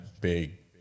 big